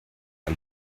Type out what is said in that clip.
ein